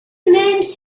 names